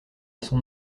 son